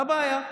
מה הבעיה?